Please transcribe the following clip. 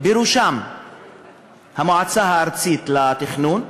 בראשן המועצה הארצית לתכנון.